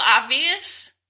obvious